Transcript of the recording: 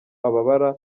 ababara